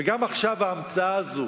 וגם עכשיו, ההמצאה הזאת